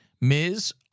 Ms